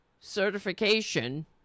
certification